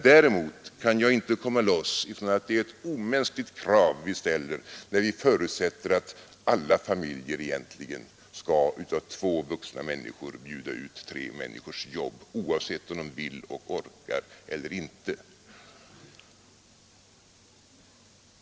Däremot kan jag inte komma loss från att det är ett omänskligt krav vi ställer, när vi förutsätter att alla familjer egentligen skall av två vuxna människor bjuda ut tre människors jobb, oavsett om de vill och orkar eller inte.